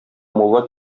мулла